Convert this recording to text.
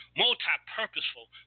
multi-purposeful